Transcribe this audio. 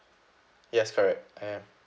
yes correct I am